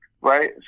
right